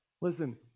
Listen